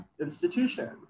institution